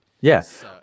Yes